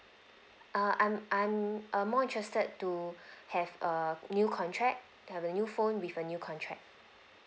err I'm I'm err more interested to have a new contract have a new phone with a new contract